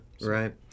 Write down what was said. Right